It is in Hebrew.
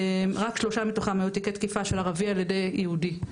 רק שלושה מתוכם היו תיקי תקיפה של ערבי על ידי יהודי.